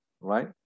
right